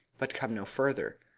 but come no further.